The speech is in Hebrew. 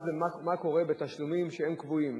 אחד, מה קורה בתשלומים שהם קבועים?